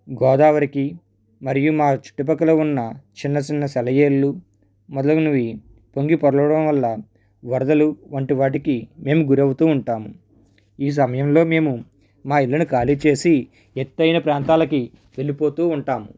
గోదావరికి మరియు మా చుట్టు పక్కలో ఉన్న చిన్న చిన్న సెలయేళ్ళు మొదలగునవి పొంగిపొర్లడం వల్ల వరదలు వంటి వాటికి మేము గురి అవుతూ ఉంటాము ఈ సమయం లో మేము మా ఇళ్ళను ఖాళీ చేసి ఎత్తయిన ప్రాంతాలకి వెళ్ళి పోతూ ఉంటాం